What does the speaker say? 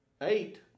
eight